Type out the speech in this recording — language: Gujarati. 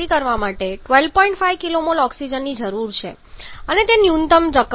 5 kmol ઓક્સિજન જરૂરી છે અને તે ન્યૂનતમ રકમ છે